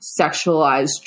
sexualized